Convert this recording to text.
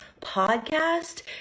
Podcast